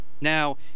Now